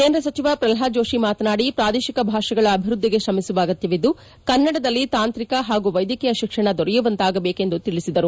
ಕೇಂದ್ರ ಸಚಿವ ಪ್ರಷ್ಲಾದ್ ಜೋಷಿ ಮಾತನಾಡಿ ಪ್ರಾದೇಶಿಕ ಭಾಷೆಗಳ ಅಭಿವೃದ್ಧಿಗೆ ಶ್ರಮಿಸುವ ಅಗತ್ಯವಿದ್ದು ಕನ್ನಡದಲ್ಲಿ ತಾಂತ್ರಿಕ ಪಾಗೂ ವೈದ್ಯಕೀಯ ಶಿಕ್ಷಣ ದೊರೆಯುವಂತಾಗಬೇಕು ಎಂದು ತಿಳಿಸಿದರು